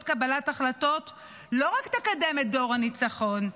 קבלת החלטות לא תקדם רק את דור הניצחון,